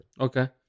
Okay